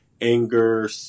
anger